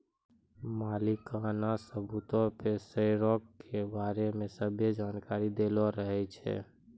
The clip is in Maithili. मलिकाना सबूतो पे शेयरो के बारै मे सभ्भे जानकारी दैलो रहै छै